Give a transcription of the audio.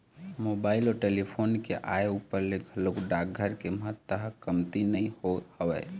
mobile अउ telephone के आय ऊपर ले घलोक डाकघर के महत्ता ह कमती नइ होय हवय